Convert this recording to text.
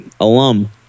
alum